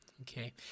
okay